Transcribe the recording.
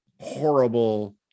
horrible